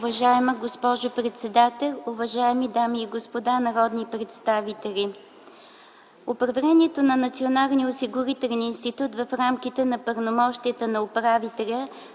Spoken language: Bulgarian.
Уважаема госпожо председател, уважаеми дами и господа народни представители! Управлението на Националния осигурителен институт в рамките на пълномощията на управителя,